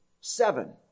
Seven